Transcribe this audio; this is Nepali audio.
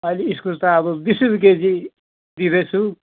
अहिले इस्कुस त अब बिस रुपियाँ केजी दिदैँछु